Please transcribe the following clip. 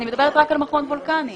אני מדברת רק על מכון וולקני.